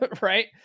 Right